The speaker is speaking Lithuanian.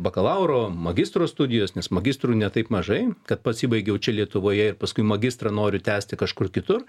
bakalauro magistro studijos nes magistrų ne taip mažai kad pasibaigiau čia lietuvoje ir paskui magistrą noriu tęsti kažkur kitur